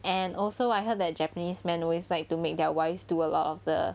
and also I heard that japanese men always like to make their wives do a lot of the